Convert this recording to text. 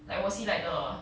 like was he like the